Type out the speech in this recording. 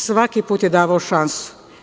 Svaki put je davao šansu.